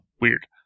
weird